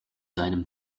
seinem